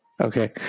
Okay